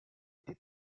été